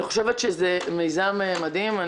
אני חושבת שזה מיזם מדהים.